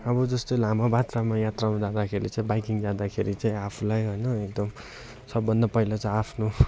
अब जस्तो लामो बात्रामा यात्रामा जाँदाखेरि चाहिँ बाइकिङ जाँदाखेरि चाहिँ आफुलाई होइन एकदम सबभन्दा पहिला चाहिँ आफ्नो